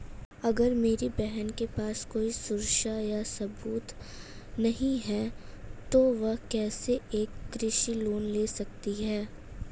अगर मेरी बहन के पास कोई सुरक्षा या सबूत नहीं है, तो वह कैसे एक कृषि लोन ले सकती है?